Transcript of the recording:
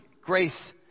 grace